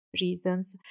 Reasons